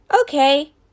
Okay